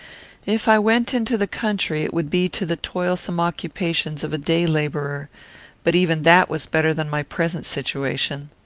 if i went into the country it would be to the toilsome occupations of a day-labourer but even that was better than my present situation.